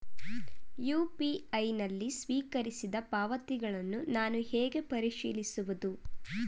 UPI ನಲ್ಲಿ ಸ್ವೀಕರಿಸಿದ ಪಾವತಿಗಳನ್ನು ನಾನು ಹೇಗೆ ಪರಿಶೀಲಿಸುವುದು?